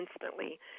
instantly